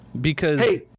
because-